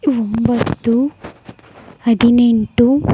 ಒಂಬತ್ತು ಹದಿನೆಂಟು